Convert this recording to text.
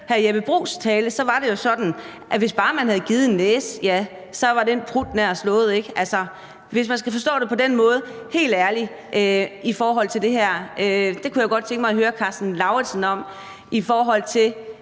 hr. Jeppe Bruus' tale, var det jo sådan, at hvis bare der var blevet givet en næse, så var den prut nærmest slået. Så hvis man skal forstå det på den måde i forhold til det her, helt ærligt, så kunne jeg godt tænke mig at høre hr. Karsten Lauritzen om, man så